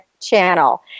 Channel